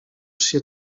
się